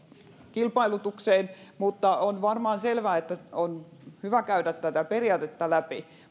kilpailutukseen mutta on varmaan selvää että on hyvä käydä näitä periaatteita läpi